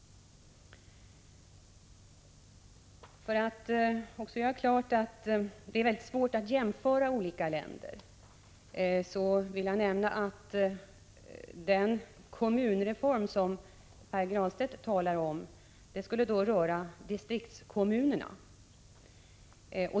För att också göra klart att det är svårt att jämföra olika länder vill jag nämna att den kommunreform som Pär Granstedt talar om avses omfatta distriktskommunerna.